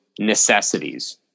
necessities